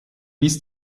bis